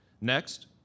Next